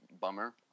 bummer